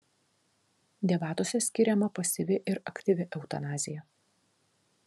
debatuose skiriama pasyvi ir aktyvi eutanazija